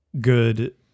good